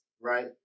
right